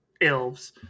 Elves